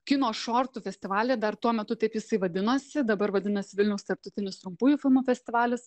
kino šortų festivalyje dar tuo metu taip jisai vadinosi dabar vadinasi vilniaus tarptautinis trumpųjų filmų festivalis